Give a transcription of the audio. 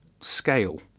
scale